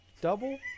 Double